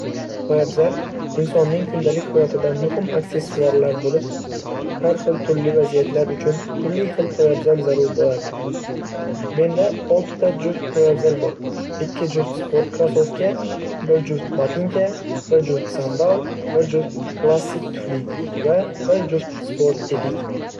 Poyabzal insonning kundalik hayotidagi muhim aksessuar bo‘lib, har xil turli vaziyatlar uchun turli xil poyabzal zarur bo‘ladi. Menda olti juft poyabzal bor: ikki juft sport krossovka, bir juft botinka, bir juft sandal, bir juft klassik tufli va bir juft sport etik.